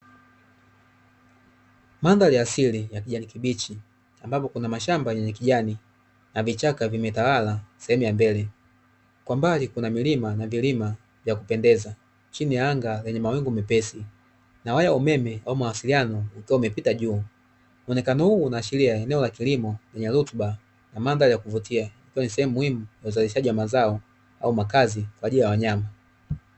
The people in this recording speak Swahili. Mandhari ya asili ya kijani kibichi, ambapo kuna mashamba yenye kijani na vichaka vimetawala sehemu ya mbele kwa mbali kuna milima na vilima vya kupendeza, chini ya anga lenye mawingu mepesi na waya wa umeme ama mawasiliano ukiwa umepita juu, muonekano huo unaashiria eneo la kilimo lenye rutuba na mandhari yakuvutia ikiwa ni sehemu muhimu ya uzalishaji wa mazao au makazi kwa ajili ya wanyama.